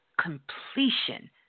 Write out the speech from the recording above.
completion